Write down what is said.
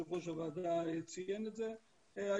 ויושב ראש הוועדה ציין את זה,